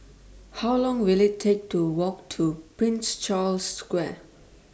How Long Will IT Take to Walk to Prince Charles Square